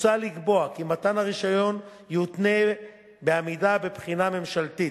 מוצע לקבוע כי מתן הרשיון יותנה בעמידה בבחינה ממשלתית.